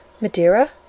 Madeira